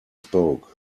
spoke